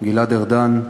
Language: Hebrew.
גלעד ארדן,